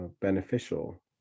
beneficial